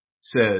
says